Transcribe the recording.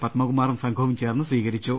പത്മകുമാറും സംഘവും ചേർന്ന് സ്വീകരിച്ചു